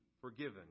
forgiven